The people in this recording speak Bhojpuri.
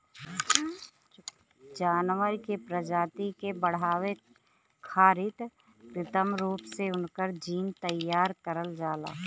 जानवर के प्रजाति के बढ़ावे खारित कृत्रिम रूप से उनकर जीन तैयार करल जाला